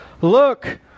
look